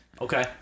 Okay